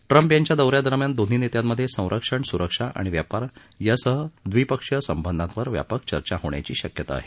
Trump यांच्या दोऱ्यादरम्यान दोन्ही नेत्यांमध्ये संरक्षण सुरक्षा आणि व्यापार यासह द्विपक्षीय संबंधावर व्यापक चर्चा होण्याची शक्यता आहे